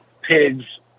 pigs